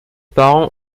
parents